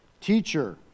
Teacher